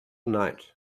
night